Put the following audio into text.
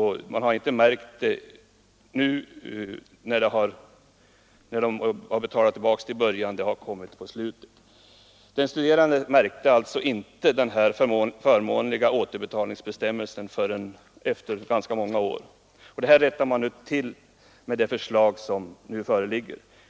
har låntagaren dock inte märkt i början, utan det har visat sig först mot slutet av återbetalningsperioden. Den studerande märker alltså inte den här förmånliga återbetalningsbestämmelsen förrän efter ganska många år. Denna svaghet rättas nu till i det förslag som föreligger.